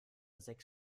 sechs